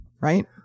Right